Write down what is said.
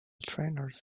trainers